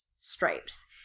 stripes